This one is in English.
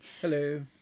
Hello